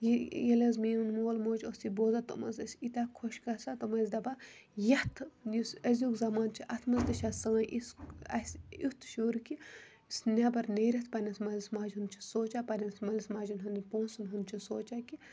ییٚلہِ حظ میون مول موج اوس یہِ بوزان تِم حظ ٲسۍ ییٖتیاہ خۄش گَژھان تِم ٲسۍ دَپان یَتھ یُس أزکۍ زَمان چھُ اتھ مَنٛز تہٕ چھُ یُتھ شُر کہِ یُس نیٚبَر نیٖرِتھ پَننِس مٲلِس ماجہِ ہُنٛد چھِ سونٛچان پَننِس مٲلِس ماجہِ ہُنٛد پونٛسَن ہُنٛد چھِ سونٛچان کہِ